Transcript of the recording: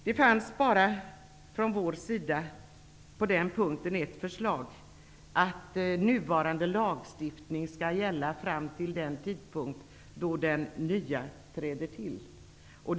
På den punkten fanns det bara ett förslag från vår sida, nämligen att nuvarande lagstiftning skall gälla fram till den tidpunkt då den nya träder i kraft.